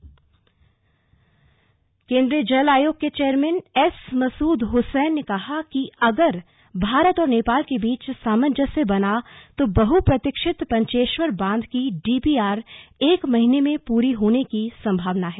slug Pancheshwar बांध केंद्रीय जल आयोग के चेयरमैन एस मसूद हसैन ने कहा कि अगर भारत और नेपाल के बीच सामंजस्य बना तो बहुप्रतीक्षित पंचेश्वर बांध की डीर्पीआर एक महीने में पूरी होने की संभावना है